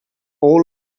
all